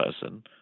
person